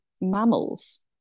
mammals